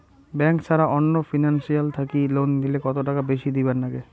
Bank ছাড়া অন্য financial থাকি লোন নিলে কতটাকা বেশি দিবার নাগে?